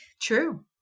True